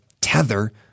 tether